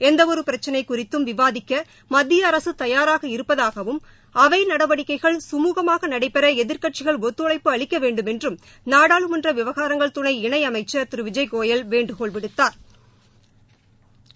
எந்த ஒரு பிரச்சினை குறித்தும் விவாதிக்க மத்திய அரசு தயாராக இருப்பதாகவும் அவை நடவடிக்கைகள் கமூகமாக நடைபெற எதிர்க்கடசிகள் ஒத்தழைப்பு அளிக்க வேண்டுமென்றும் நாடாளுமன்ற விவகாரங்கள் துணை இணை அமைச்சா் திரு விஜய் கோயல் வேண்டுகோள் விடுத்தாா்